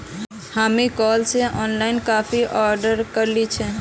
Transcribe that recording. हामी केरल स online coffee order करील छि